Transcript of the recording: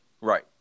Right